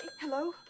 Hello